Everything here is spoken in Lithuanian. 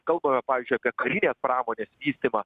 kalbame pavyzdžiui apie karinės pramonės vystymą